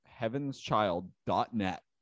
Heavenschild.net